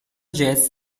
jazz